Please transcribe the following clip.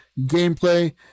gameplay